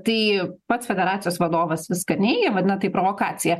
tai pats federacijos vadovas viską neigia vadina tai provokacija